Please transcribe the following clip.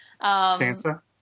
Sansa